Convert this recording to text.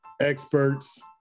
experts